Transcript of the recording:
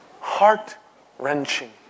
heart-wrenching